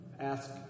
Ask